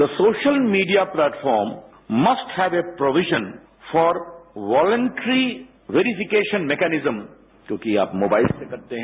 the social media platform must have a provision for voluntary verification mechanism क्योंकि आप mobile से करते हैं